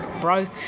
broke